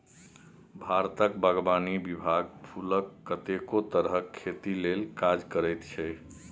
भारतक बागवानी विभाग फुलक कतेको तरहक खेती लेल काज करैत छै